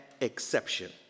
exception